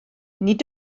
nid